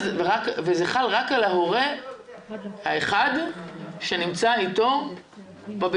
וזה יחול רק על הורה אחד שנמצא איתו בבידוד.